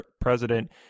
president